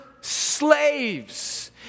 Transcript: slaves